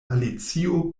alicio